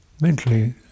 mentally